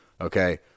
Okay